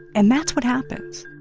and that's what happens